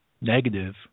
negative